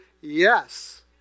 yes